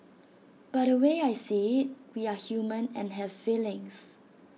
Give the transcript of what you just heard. but the way I see IT we are human and have feelings